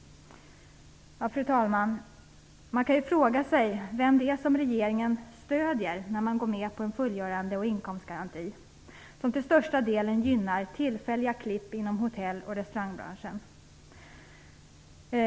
Fru talman! Man kan fråga sig vem regeringen stöder när den går med på en fullgörande och inkomstgaranti som till största delen gynnar tillfälliga klipp inom hotell och restaurangbranschen.